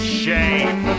shame